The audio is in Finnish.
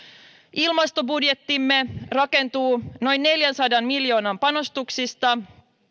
ilmastobudjettimme rakentuu noin neljänsadan miljoonan panostuksista